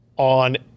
on